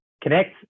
Connect